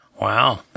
Wow